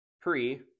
Pre